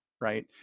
right